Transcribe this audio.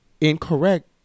incorrect